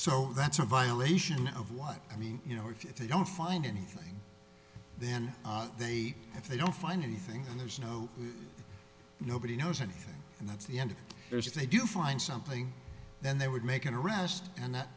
so that's a violation of what i mean you know if they don't find anything then they if they don't find anything and there's no nobody knows anything and that's the end of there's if they do find something then they would make an arrest and